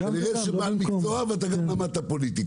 כנראה שאתה בעל מקצוע אבל אתה גם למדת פוליטיקה.